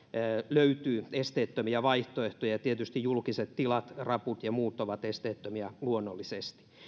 löytyy esteettömiä vaihtoehtoja ja tietysti julkiset tilat raput ja muut ovat esteettömiä luonnollisesti